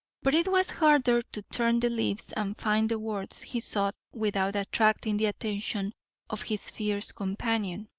but it was harder to turn the leaves and find the words he sought without attracting the attention of his fierce companion.